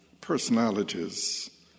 personalities